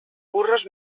burros